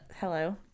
hello